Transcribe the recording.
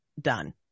done